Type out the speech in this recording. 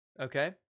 okay